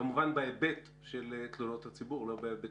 כמובן בהיבט של תלונות הציבור ו לא בהיבט